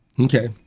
Okay